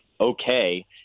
okay